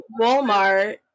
Walmart